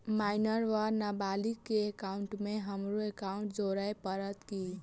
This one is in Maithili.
माइनर वा नबालिग केँ एकाउंटमे हमरो एकाउन्ट जोड़य पड़त की?